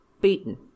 beaten